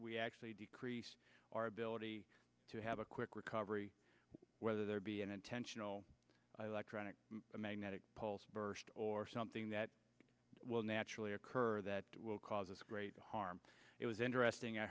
we actually decrease our ability to have a quick recovery whether there be an intentional electronic magnetic pulse burst or something that will naturally occur that will cause us great harm it was interesting i